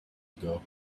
ago